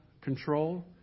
control